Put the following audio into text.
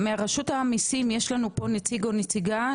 מרשות המיסים יש פה נציג או נציגה?